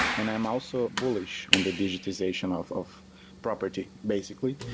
and i'm also bullish on the digitization of of property basically,